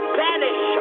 banish